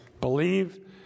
believe